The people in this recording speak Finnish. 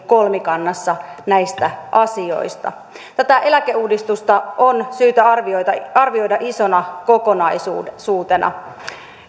jatkossa kolmikannassa näistä asioista tätä eläkeuudistusta on syytä arvioida isona kokonaisuutena